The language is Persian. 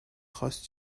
خواست